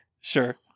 Sure